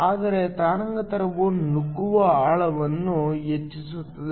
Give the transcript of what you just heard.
ಆದರೆ ತರಂಗಾಂತರವು ನುಗ್ಗುವ ಆಳವನ್ನು ಹೆಚ್ಚಿಸುತ್ತದೆ